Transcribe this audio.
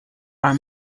are